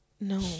No